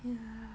ya